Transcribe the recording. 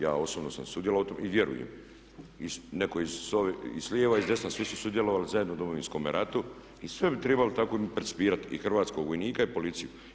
Ja osobno sam sudjelovao u tome i vjerujem i netko s lijeva i s desna, svi su sudjelovali zajedno u Domovinskome ratu i sve bi trebali tako percipirati i hrvatskog vojnika i policiju.